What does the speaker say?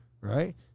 right